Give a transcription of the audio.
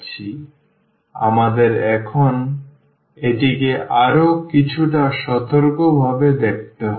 সুতরাং আমাদের এখন এটিকে আরও কিছুটা সতর্ক ভাবে দেখতে হবে